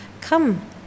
Come